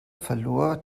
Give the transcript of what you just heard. verlor